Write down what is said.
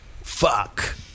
fuck